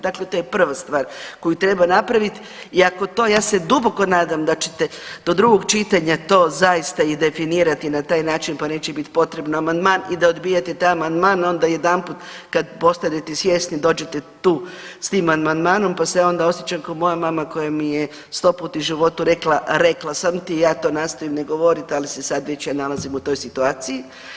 Dakle, to je prva stvar koju treba napravit i ako to, ja se duboko nadam da ćete do drugog čitanja to zaista i definirati na taj način pa neće biti potrebno amandman i da odbijate taj amandman onda jedanput kad postanete svjesni dođete tu s tim amandmanom pa se onda osjećam ko moja mama koja mi je 100 puta u životu rekla, rekla sam ti i ja to nastojim ne govorit, ali se sad već ja nalazim u toj situaciji.